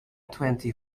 twenty